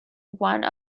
one